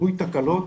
וריבוי תקלות